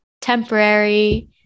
temporary